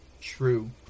true